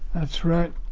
that's right